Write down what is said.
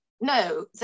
No